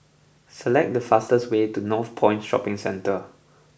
select the fastest way to Northpoint Shopping Centre